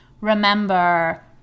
remember